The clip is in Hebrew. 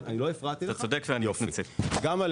גמא,